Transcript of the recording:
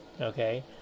Okay